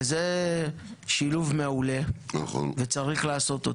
וזה שילוב מעולה, וצריך לעשות אותו.